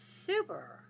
super